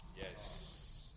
Yes